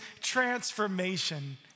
transformation